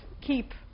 keep